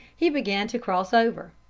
he began to cross over.